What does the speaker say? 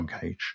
Cage